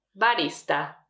barista